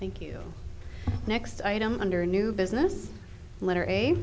thank you next item under a new business letter a